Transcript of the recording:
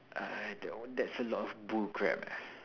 I don't that's a lot of bullcrap